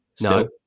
No